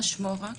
מה שמו רק?